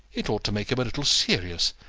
it ought to make him a little serious,